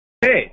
Hey